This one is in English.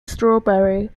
strawberry